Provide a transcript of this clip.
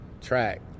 track